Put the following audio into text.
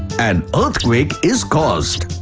an earthquake is caused!